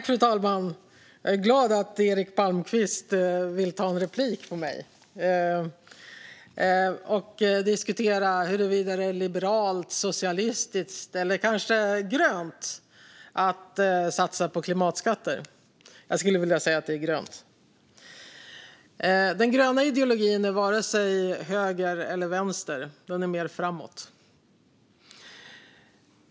Fru talman! Jag är glad att Eric Palmqvist vill ta en replik på mig och diskutera huruvida det är liberalt, socialistiskt eller kanske grönt att satsa på klimatskatter. Jag skulle vilja säga att det är grönt. Den gröna ideologin är varken höger eller vänster. Den är mer framåt.